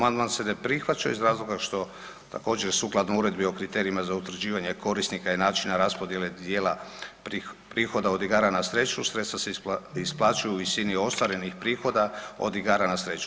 Amandman se ne prihvaća iz razloga što također, sukladno Uredbi o kriterijima za utvrđivanje korisnika i načina raspodijele dijela prihoda od igara na sreću, sredstva se isplaćuju u visini ostvarenih prihoda od igara na sreću.